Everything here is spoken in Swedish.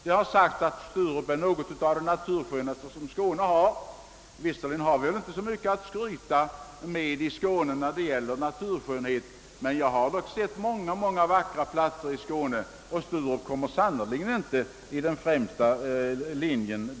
Det har sagts att Sturup är en av de naturskönaste platserna i Skåne, och vi har väl kanske inte så mycket att skryta med i det fallet, men jag har ändå varit på många andra vackra platser i Skåne, och Sturup kommer i det fallet sannerligen inte i främsta linjen.